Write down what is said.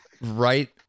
right